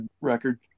record